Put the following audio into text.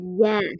Yes